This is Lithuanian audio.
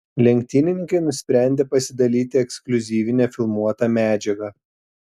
lenktynininkai nusprendė pasidalyti ekskliuzyvine filmuota medžiaga